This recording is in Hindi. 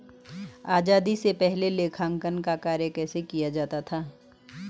आजादी से पहले लेखांकन का कार्य कैसे किया जाता था?